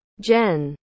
Jen